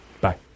Bye